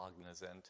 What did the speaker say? cognizant